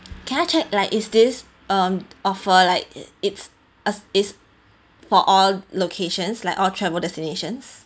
can I check like is this um offer like it's a is for all locations like all travel destinations